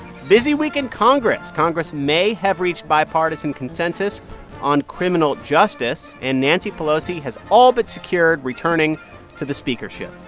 busy week in congress. congress may have reached bipartisan consensus on criminal justice. and nancy pelosi has all but secured returning to the speakership.